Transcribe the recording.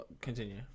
Continue